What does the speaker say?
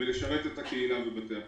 ולשרת את הקהילה בבתי החולים.